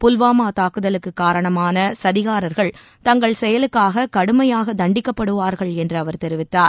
புல்வாமா தாக்குதலுக்கு காரணமாக சதிக்காரர்கள் தங்கள் செயலுக்காக கடுமையாக தண்டிக்கப்படுவார்கள் என்று அவர் தெரிவித்தார்